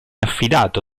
affidato